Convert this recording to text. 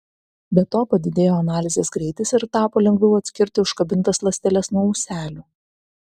be to padidėjo analizės greitis ir tapo lengviau atskirti užkabintas ląsteles nuo ūselių